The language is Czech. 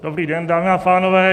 Dobrý den, dámy a pánové.